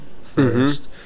first